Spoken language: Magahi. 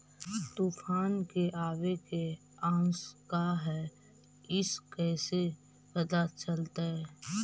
तुफान के आबे के आशंका है इस कैसे पता चलतै?